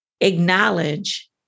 acknowledge